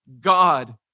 God